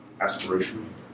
aspiration